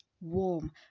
warm